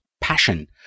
passion